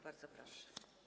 Bardzo proszę.